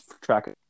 track